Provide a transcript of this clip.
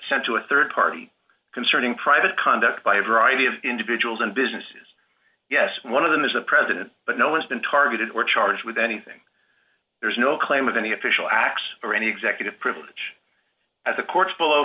a rd party concerning private conduct by a variety of individuals and businesses yes one of them is the president but no one's been targeted or charged with anything there is no claim of any official acts or any executive privilege as the courts below